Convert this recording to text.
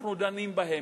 ואנחנו דנים בהם.